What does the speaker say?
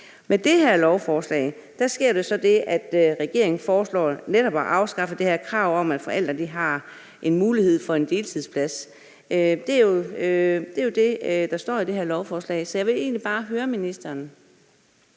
Med det her lovforslag foreslår regeringen netop at afskaffe det her krav om, at forældre har en mulighed for at få en deltidsplads. Det er jo det, der står i det her lovforslag. Så jeg vil egentlig bare høre ministeren,